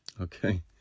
okay